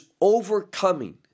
overcoming